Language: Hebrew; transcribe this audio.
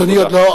תודה.